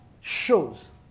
shows